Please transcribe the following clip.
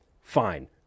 Fine